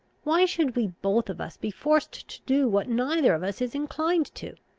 why should we both of us be forced to do what neither of us is inclined to?